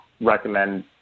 recommend